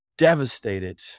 devastated